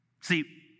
See